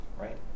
Right